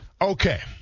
Okay